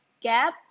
gap